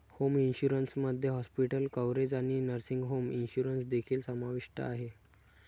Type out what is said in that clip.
home insurance मध्ये hospital coverage आणि nursing home insurance देखील समाविष्ट आहे